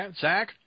Zach